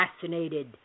fascinated